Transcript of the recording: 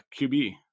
QB